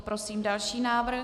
Prosím další návrh.